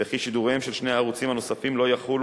וכי שידוריהם של שני הערוצים הנוספים לא יחלו